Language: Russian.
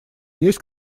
есть